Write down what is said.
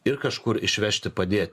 ir kažkur išvežti padėti